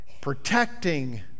protecting